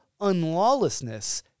unlawlessness